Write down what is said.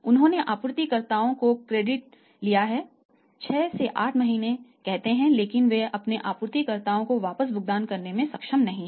उन्होंने आपूर्तिकर्ताओं को क्रेडिट लिया है 6 से 8 महीने कहते हैं लेकिन वे अपने आपूर्तिकर्ताओं को वापस भुगतान करने में सक्षम नहीं हैं